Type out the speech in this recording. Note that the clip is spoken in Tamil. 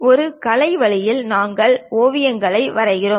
ஒரு கலை வழியில் நாங்கள் ஓவியங்களை வரைகிறோம்